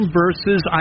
versus